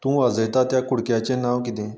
तूं वाजयता त्या कुडक्याचें नांव कितें